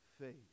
faith